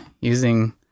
using